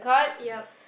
yep